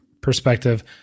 perspective